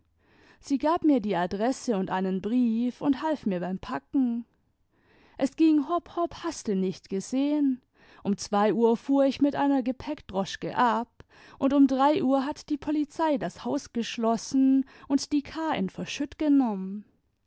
sie gab mir die adresse und einen brief und half mir beim packen es ging hopp hopp haste nich gesehen um zwei uhr fuhr ich mit einer gepäckdroschke ab und um drei uhr hat die polizei das haus geschlossen und die k in